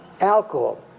alcohol